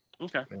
Okay